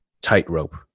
Tightrope